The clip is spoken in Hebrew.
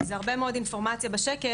זה הרבה מאוד אינפורמציה בשקף.